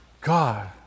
God